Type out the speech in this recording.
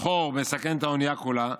חור מסכן את האונייה כולה,